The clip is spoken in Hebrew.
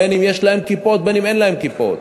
בין שיש להם כיפות בין שאין להם כיפות.